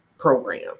Program